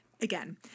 Again